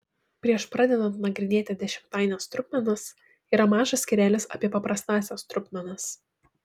prieš pradedant nagrinėti dešimtaines trupmenas yra mažas skyrelis apie paprastąsias trupmenas